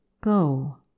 Go